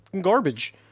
garbage